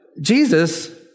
Jesus